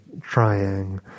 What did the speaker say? trying